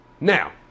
Now